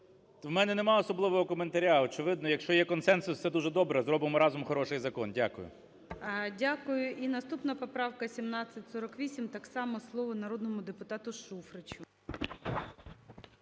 У мене нема особливого коментаря. Очевидно, якщо є консенсус, це дуже добре, зробимо разом хороший закон. Дякую. ГОЛОВУЮЧИЙ. Дякую. І наступна поправка 1748. Так само слово народному депутату Шуфричу.